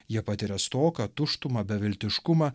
jie patiria stoką tuštumą beviltiškumą